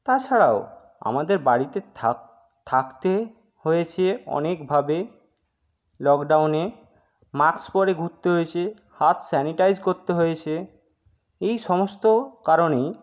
তাছাড়াও আমাদের বাড়িতে থাকতে হয়েছে অনেকভাবে লকডাউনে মাস্ক পরে ঘুরতে হয়েছে হাত স্যানিটাইজ করতে হয়েছে এই সমস্ত কারণেই